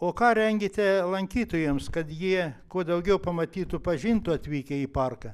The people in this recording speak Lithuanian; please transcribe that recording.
o ką rengiate lankytojams kad jie kuo daugiau pamatytų pažintų atvykę į parką